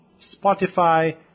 Spotify